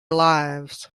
lives